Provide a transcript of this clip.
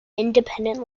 independent